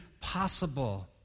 possible